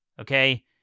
okay